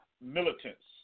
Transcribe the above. militants